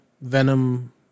Venom